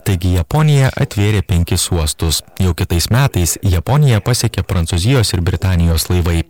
taigi japonija atvėrė penkis uostus jau kitais metais japoniją pasiekė prancūzijos ir britanijos laivai